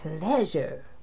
pleasure